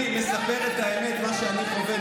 אני מספר את האמת, מה שאני חווה.